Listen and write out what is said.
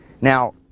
now